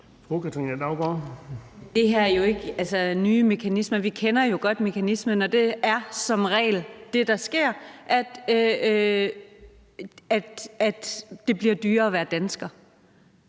Det her er jo ikke nye mekanismer. Vi kender jo godt mekanismerne, og det er som regel det, der sker, altså at det bliver dyrere at være dansker,